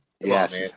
Yes